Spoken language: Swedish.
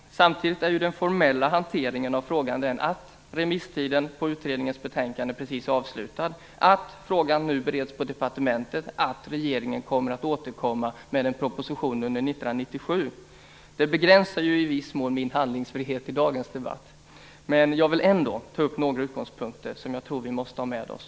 Samtidigt är den formella hanteringen av frågan att remisstiden på utredningens betänkande precis är avslutad, att frågan nu bereds på departementet och att regeringen kommer att återkomma med en proposition under 1997. Detta begränsar i viss mån min handlingsfrihet i dagens debatt, men jag vill ändå ta upp några utgångspunkter som jag tror att vi måste ha med oss.